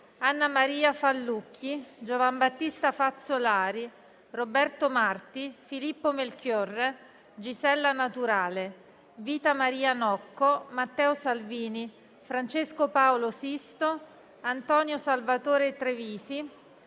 Grazie a tutti